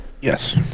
Yes